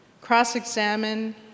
Cross-examine